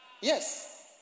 Yes